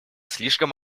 слишком